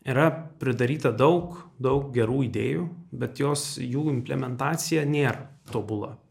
yra pridaryta daug daug gerų idėjų bet jos jų implementacija nėra tobula